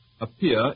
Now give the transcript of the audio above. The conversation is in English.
appear